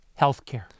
healthcare